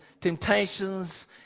temptations